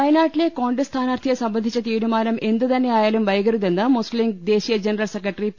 വയനാട്ടിലെ കോൺഗ്രസ് സ്ഥാനാർത്ഥിയെ സംബന്ധിച്ച തീ രുമാനം എന്തുതന്നെയായാലും വൈകരുതെന്ന് മുസ്ലിംലീഗ് ദേശീയ ജനറൽ സെക്രട്ടറി പി